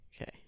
Okay